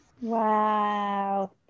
Wow